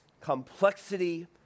complexity